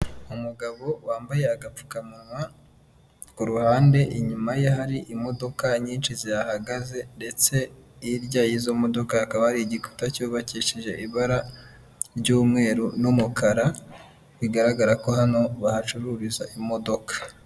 Umugabo wambaye agapfukamunwa k'uruhande inyuma ye hari imodoka nyinshi zihagaze ndetse hirya y'izo modoka hakaba hari igikuta cyubakishije ibara ry'umweru n'umukara bigaragara ko hano bahacururiza imodoka.